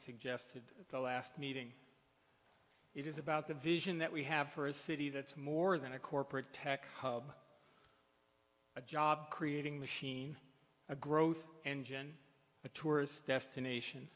suggested the last meeting it is about the vision that we have for a city that's more than a corporate tech hub a job creating machine a growth engine a tourist destination